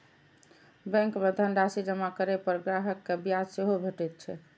bank मे धनराशि जमा करै पर ग्राहक कें ब्याज सेहो भेटैत छैक